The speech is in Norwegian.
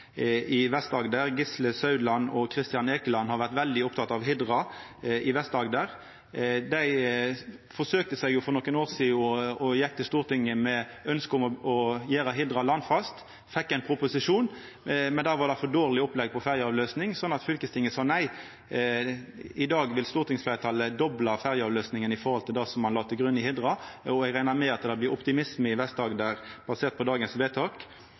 i Vest-Agder, Gisle Meininger Saudland, og Christian Eikeland har vore veldig opptekne av Hidra i Vest-Agder. Dei forsøkte seg for nokre år sidan og gjekk til Stortinget med ønskje om å gjera Hidra landfast. Dei fekk ein proposisjon, men då var det for dårleg opplegg for ferjeavløysing, så fylkestinget sa nei. I dag vil stortingsfleirtalet dobla ferjeavløysinga i forhold til det ein la til grunn den gongen, og eg reknar med det blir optimisme i Vest-Agder basert på